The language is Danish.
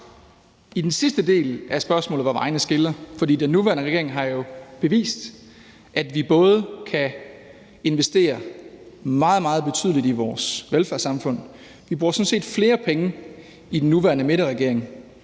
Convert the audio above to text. den sidste del af spørgsmålet, at vejene skiller. For den nuværende regering har jo bevist, at vi kan investere meget, meget betydeligt i vores velfærdssamfund. Vi bruger sådan set flere penge i den nuværende midterregering